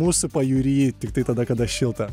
mūsų pajūry tiktai tada kada šilta